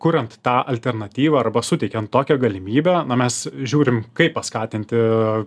kuriant tą alternatyvą arba suteikian tokią galimybę na mes žiūrim kaip paskatinti